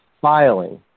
filing